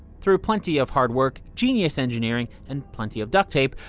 through plenty of hard work, genius engineering, and plenty of duct tape,